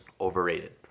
overrated